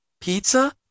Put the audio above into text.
pizza